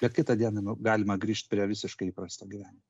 bet kitą dieną nu galima grįžt prie visiškai įprasto gyvenimo